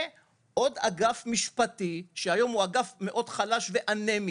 ועוד אגף משפטי שהיום הוא אגף מאוד חלש ואנמי,